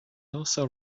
also